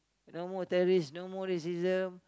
no more terrorist no more racism